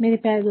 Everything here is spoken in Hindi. मेरे प्यारे दोस्तों